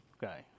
guy